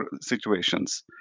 situations